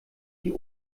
die